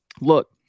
look